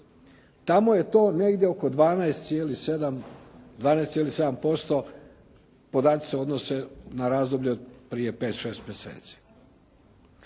Tamo je to negdje oko 12,7%, podaci se odnose na razdoblje od prije 5-6 mjeseci.